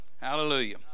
hallelujah